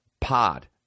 pod